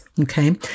okay